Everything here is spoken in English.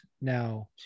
Now